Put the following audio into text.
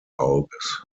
auges